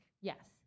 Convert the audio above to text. Yes